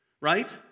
right